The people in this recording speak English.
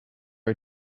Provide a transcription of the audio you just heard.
are